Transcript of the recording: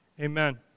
Amen